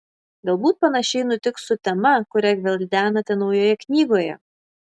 galbūt panašiai nutiks su tema kurią gvildenate naujoje knygoje